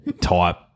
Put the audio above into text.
type